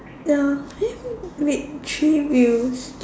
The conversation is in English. ya eh wait three wheels